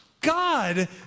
God